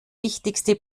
wichtigste